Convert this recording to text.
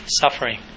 suffering